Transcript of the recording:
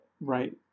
Right